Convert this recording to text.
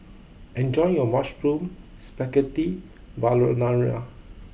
enjoy your Mushroom Spaghetti Carbonara